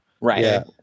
Right